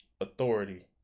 Authority